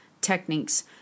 techniques